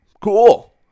Cool